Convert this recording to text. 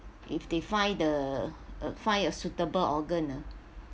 if they find the find a suitable organ ah